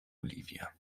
olivia